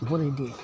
উপদেশ দিয়ে